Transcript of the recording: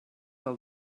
del